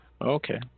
okay